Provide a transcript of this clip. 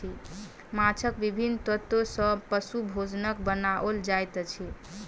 माँछक विभिन्न तत्व सॅ पशु भोजनक बनाओल जाइत अछि